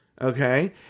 Okay